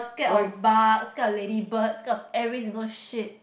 scared of bug scared of ladybird scared of every single shit